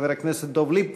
ציון יום הבריאות,